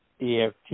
EFT